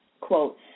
Quote